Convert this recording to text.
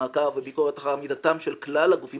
מעקב וביקורת אחר עמידתם של כלל הגופים